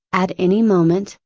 at any moment,